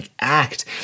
act